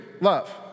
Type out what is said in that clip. love